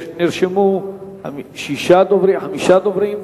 נרשמו חמישה דוברים.